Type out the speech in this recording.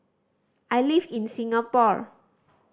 I live in Singapore